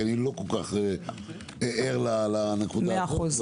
כי אני לא כל כך ער לנקודה הזאת,